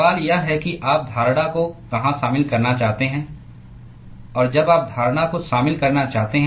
सवाल यह है कि आप धारणा को कहां शामिल करना चाहते हैं और जब आप धारणा को शामिल करना चाहते हैं